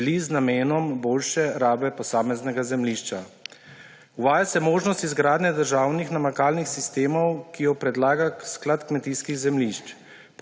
deli z namenom boljše rabe posameznega zemljišča. Uvaja se možnost izgradnje državnih namakalnih sistemov, ki jo predlaga Sklad kmetijskih zemljišč.